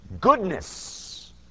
Goodness